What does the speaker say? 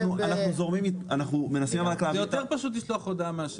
זה יותר פשוט לשלוח הודעה.